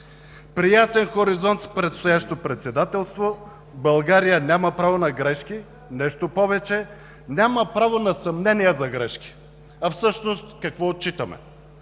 При ясен хоризонт с предстоящо председателство България няма право на грешки. Нещо повече, няма право на съмнения за грешки. А в същност какво отчитаме?